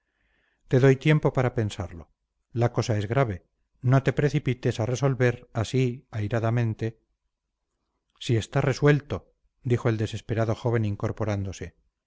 te doy tiempo para pensarlo la cosa es grave no te precipites a resolver así airadamente si está resuelto dijo el desesperado joven incorporándose